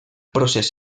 procés